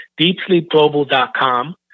deepsleepglobal.com